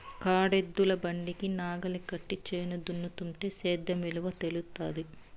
కాడెద్దుల బండికి నాగలి కట్టి చేను దున్నుతుంటే సేద్యం విలువ తెలుస్తాది